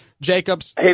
Jacobs